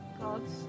gods